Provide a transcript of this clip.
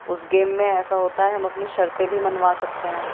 اس game میں ایسا ہوتا ہے ہم اپنی شرطیں بھی منوا سکتے ہیں